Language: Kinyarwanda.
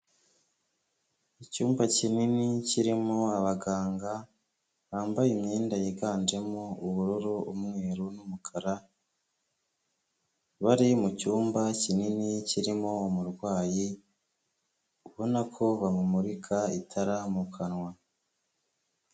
Icyumba kinini kirimo abaganga, bambaye imyenda yiganjemo ubururu, umweru n'umukara, bari mu cyumba kinini kirimo umurwayi, ubona ko bamumurika itara mu kanwa.